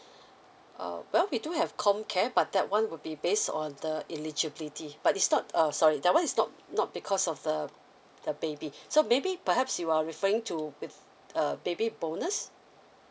err well we do have comcare but that one will be based on the eligibility but it's not err sorry that one is not not because of the the baby so maybe perhaps you are referring to bab~ err baby bonus